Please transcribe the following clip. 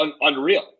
Unreal